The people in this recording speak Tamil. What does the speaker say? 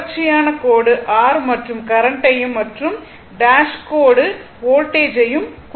தொடர்ச்சியான கோடு r மற்றும் கரண்ட்டையும் மற்றும் டேஷ் கோடு r வோல்டேஜ்யும் குறிக்கும்